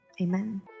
amen